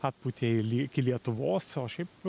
atpūtė iki lietuvos o šiaip